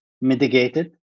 mitigated